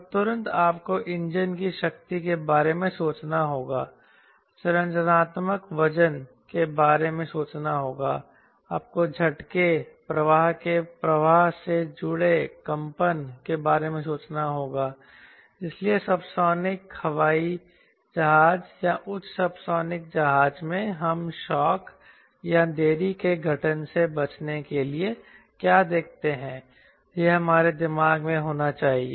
तो तुरंत आपको इंजन की शक्ति के बारे में सोचना होगा संरचनात्मक वजन के बारे में सोचना होगा आपको झटके प्रवाह के प्रवाह से जुड़े कंपन के बारे में सोचना होगा इसलिए सबसोनिक हवाई जहाज या उच्च सबसोनिक जहाज में हम शॉक या देरी के गठन से बचने के लिए क्या देखते हैं यह हमारे दिमाग में होना चाहिए